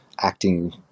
acting